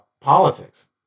politics